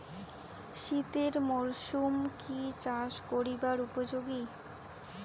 শীতের মরসুম কি চাষ করিবার উপযোগী?